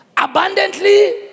Abundantly